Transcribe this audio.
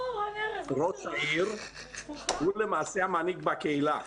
ראש העיר הוא למעשה המנהיג בקהילה.